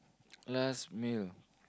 last meal